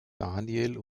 daniel